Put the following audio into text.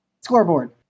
scoreboard